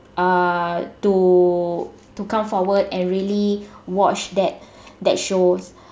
uh to to come forward and really watch that that show